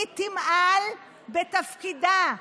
היא תמעל בתפקידה.